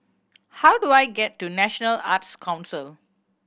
how do I get to National Arts Council